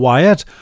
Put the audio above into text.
Wyatt